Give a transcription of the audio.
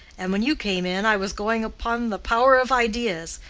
and when you came in i was going upon the power of ideas,